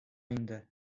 инде